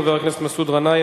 חבר הכנסת מסעוד גנאים,